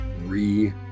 re